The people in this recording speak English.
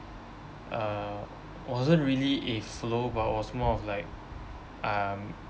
uh wasn't really a flow but was more of like um